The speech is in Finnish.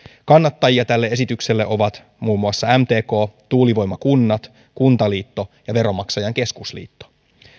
kannattajia ovat muun muassa mtk tuulivoimakunnat kuntaliitto ja veronmaksajain keskusliitto